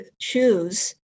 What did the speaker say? choose